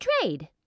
trade